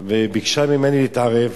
שביקשה ממני להתערב.